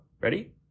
ready